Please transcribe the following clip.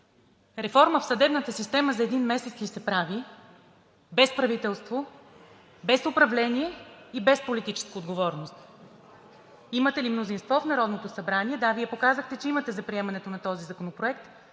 реформа в съдебната система за един месец ли се прави, без правителство, без управление и без политическа отговорност? Имате ли мнозинство в Народното събрание? Да, Вие показахте, че имате за приемането на този законопроект,